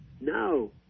No